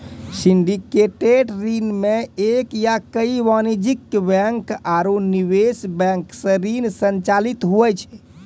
syndicated ऋण मे एक या कई वाणिज्यिक बैंक आरू निवेश बैंक सं ऋण संचालित हुवै छै